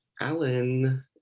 alan